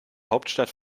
hauptstadt